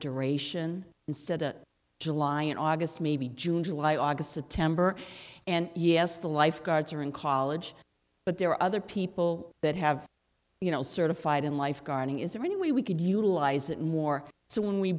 duration instead of july and august maybe june july august september and yes the lifeguards are in college but there are other people that have you know certified in lifeguarding is there any way we could utilize it more so when we